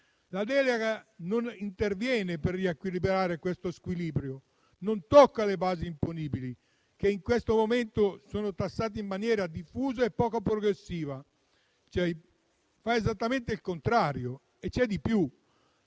La delega non interviene per riequilibrare questo squilibrio, non tocca le basi imponibili che in questo momento sono tassate in maniera diffusa e poco progressiva, anzi fa esattamente il contrario. Ma c'è di più: